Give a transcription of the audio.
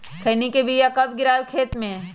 खैनी के बिया कब गिराइये खेत मे?